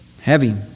Heavy